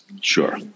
Sure